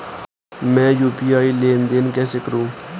मैं यू.पी.आई लेनदेन कैसे करूँ?